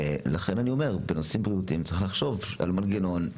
לכן אני אומר: בבריאות צריך לחשוב על מנגנון,